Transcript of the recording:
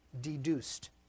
deduced